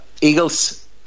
Eagles